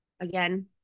Again